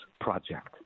Project